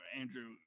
Andrew